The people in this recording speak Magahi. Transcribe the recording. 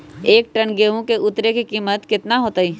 एक टन गेंहू के उतरे के कीमत कितना होतई?